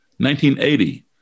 1980